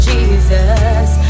Jesus